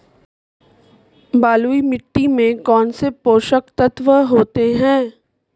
बलुई मिट्टी में कौनसे पोषक तत्व होते हैं?